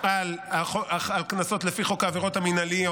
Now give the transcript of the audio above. על קנסות לפי חוק העבירות המינהליות